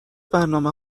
برنامه